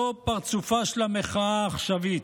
זה פרצופה של המחאה העכשווית,